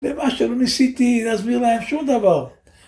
למה שלא ניסיתי להסביר להם שום דבר.